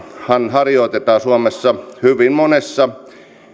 harjoitetaan suomessa hyvin monessa